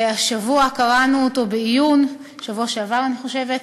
השבוע קראנו אותו בעיון, בשבוע שעבר אני חושבת,